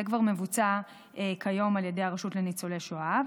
זה כבר מבוצע כיום על ידי הרשות לניצולי שואה.